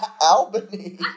Albany